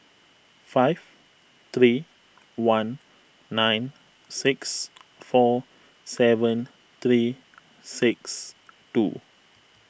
five three one nine six four seven three six two